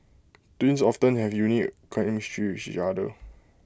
twins often have A unique chemistry each other